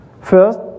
First